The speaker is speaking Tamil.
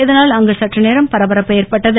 இதனால் அங்கு சற்று நேரம் பரபரப்பு ஏற்பட்டது